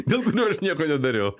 dėl kurių aš nieko nedariau